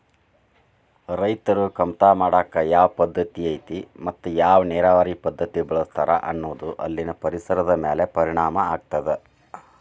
ರೈತರು ಕಮತಾ ಮಾಡಾಕ ಯಾವ ಪದ್ದತಿ ಐತಿ ಮತ್ತ ಯಾವ ನೇರಾವರಿ ಪದ್ಧತಿ ಬಳಸ್ತಾರ ಅನ್ನೋದು ಅಲ್ಲಿನ ಪರಿಸರದ ಮ್ಯಾಲ ಪರಿಣಾಮ ಆಗ್ತದ